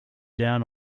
down